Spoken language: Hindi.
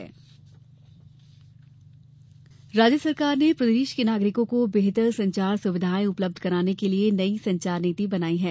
नई संचार नीति राज्य सरकार ने प्रदेश के नागरिकों को बेहतर संचार सुविधाएँ उपलब्ध करवाने के लिए नई संचार नीति बनाई है